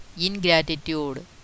ingratitude